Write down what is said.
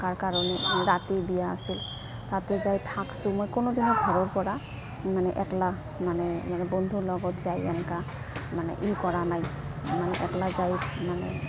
থকাৰ কাৰণে ৰাতি বিয়া আছিল তাতে যাই থাকছোঁ মই কোনোদিনো ঘৰৰপৰা মানে একলা মানে মানে বন্ধুৰ লগত যায় এনেকা মানে ই কৰা নাই মানে একলা যাই মানে